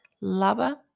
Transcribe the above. Lava